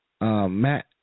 Matt